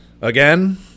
again